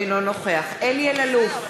אינו נוכח אלי אלאלוף,